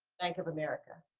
bank of america.